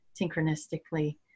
synchronistically